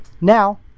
Now